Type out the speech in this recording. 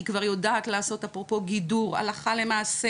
היא כבר יודעת לעשות אפרופו גידור הלכה למעשה